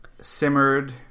Simmered